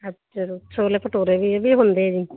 ਅੱਛਾ ਚਲੋ ਛੋਲੇ ਭਟੂਰੇ ਇਹ ਵੀ ਹੁੰਦੇ ਜੀ